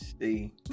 see